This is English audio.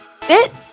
Fit